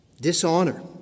dishonor